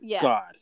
God